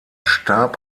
starb